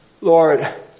Lord